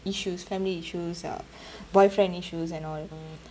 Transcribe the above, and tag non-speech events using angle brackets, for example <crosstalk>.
issues family issues uh <breath> boyfriend issues and all